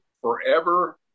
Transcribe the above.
forever